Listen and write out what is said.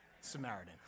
Samaritan